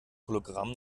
hologramm